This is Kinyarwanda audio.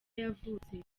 yavutse